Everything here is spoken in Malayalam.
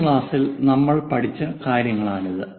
കഴിഞ്ഞ ക്ലാസിൽ നമ്മൾ പഠിച്ച കാര്യങ്ങളാണിത്